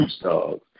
dogs